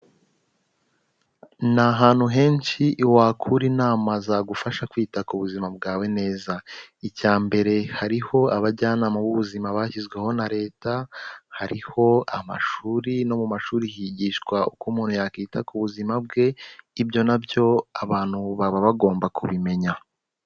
Ni ahantu henshi wakura inama zagufasha kwita ku buzima bwawe neza, icya mbere hariho abajyanama b'ubuzima bashyizweho na Leta, hariho amashuri no mu mashuri higishwa uko umuntu yakwita ku buzima bwe, ibyo nabyo abantu baba bagomba kubimenya.